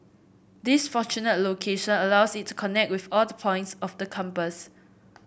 this fortunate location allows it to connect with all the points of the compass